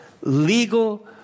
legal